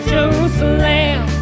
Jerusalem